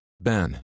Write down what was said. Ben